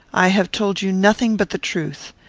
i have told you nothing but the truth.